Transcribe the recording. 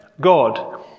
God